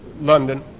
London